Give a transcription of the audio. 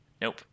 Nope